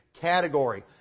category